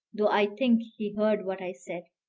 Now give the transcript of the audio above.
though i think he heard what i said.